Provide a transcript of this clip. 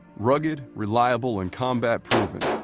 rugged, reliable and combat.